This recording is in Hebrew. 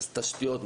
אז תשתיות,